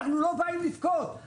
אנחנו לא באים לבכות,